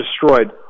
destroyed